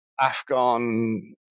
Afghan